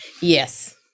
Yes